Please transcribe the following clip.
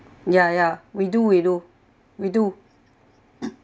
yeah yeah we do we do we do